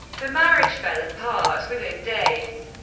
the marriage fell apart within days.